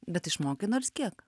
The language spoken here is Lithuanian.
bet išmokai nors kiek